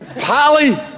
Polly